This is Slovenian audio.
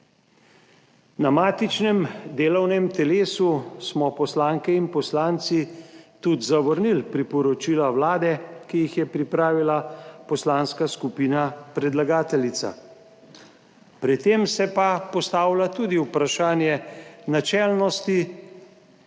Na matičnem delovnem telesu smo poslanke in poslanci tudi zavrnili priporočila Vlade, ki jih je pripravila poslanska skupina predlagateljica, pri tem se pa postavlja tudi vprašanje načelnosti,